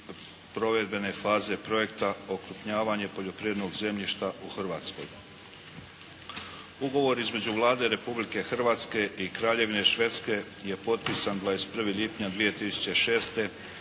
provedbene faze projekta „Okrupnjavanje poljoprivrednog zemljišta u Hrvatskoj“. Ugovor između Vlade Republike Hrvatske i Kraljevine Švedske je potpisan 21. lipnja 2006.,